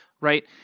right